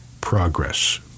Progress